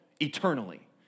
eternally